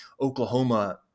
Oklahoma